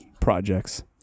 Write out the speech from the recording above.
projects